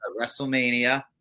WrestleMania